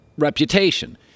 reputation